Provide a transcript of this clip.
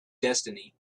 destiny